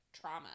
trauma